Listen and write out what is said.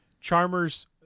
Charmers